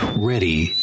Ready